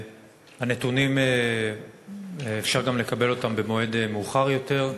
הנתונים, אפשר גם לקבל אותם במועד מאוחר יותר.